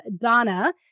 Donna